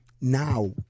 now